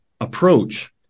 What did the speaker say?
approach